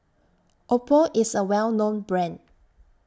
Oppo IS A Well known Brand